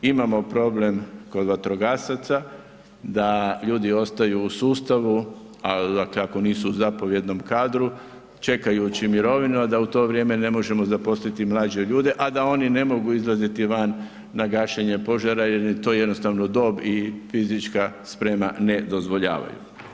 Imamo problem kod vatrogasaca da ljudi ostaju u sustavu, a, dakle ako nisu u zapovjednom kadru čekajući mirovinu, a da u to vrijeme ne možemo zaposliti mlađe ljude, a da oni ne mogu izlaziti van na gašenje požara jel im to jednostavno dob i fizička sprema ne dozvoljavaju.